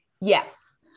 Yes